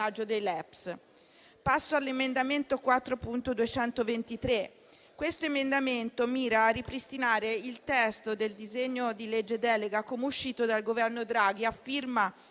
LEPS. L'emendamento 4.223 mira a ripristinare il testo del disegno di legge delega come uscito dal Governo Draghi, a firma